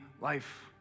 life